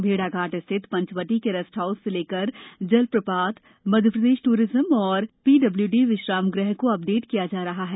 भेड़ाघाट स्थित पंचवटी के रेस्ट हाउस से लेकर जल प्रपात मप्र टूरिज्म और पीडब्लयूडी विश्राम गृह को अपडेट किया जा रहा है